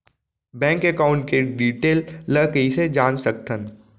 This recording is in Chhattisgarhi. बैंक एकाउंट के डिटेल ल कइसे जान सकथन?